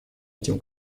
этим